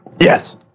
Yes